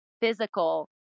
physical